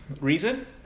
reason